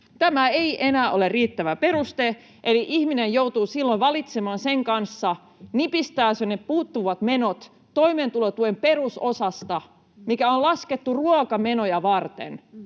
Tämä ei enää ole riittävä peruste, eli ihminen joutuu silloin valitsemaan sen kanssa, nipistääkö ne puuttuvat menot toimeentulotuen perusosasta, mikä on laskettu ruokamenoja varten,